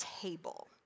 table